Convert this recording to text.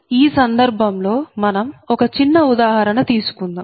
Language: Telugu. ఈ సందర్భం లో మనం ఒక చిన్న ఉదాహరణ తీసుకుందాం